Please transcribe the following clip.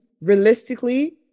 realistically